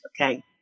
okay